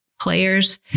players